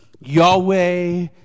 yahweh